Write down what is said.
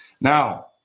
Now